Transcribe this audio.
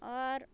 आओर